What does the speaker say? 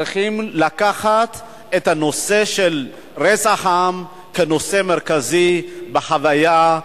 צריכים לקחת את הנושא של רצח העם כנושא מרכזי בחוויה,